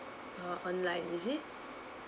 oh online is it